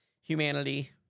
humanity